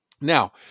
Now